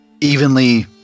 evenly